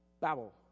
Babel